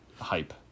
Hype